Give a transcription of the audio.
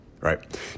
right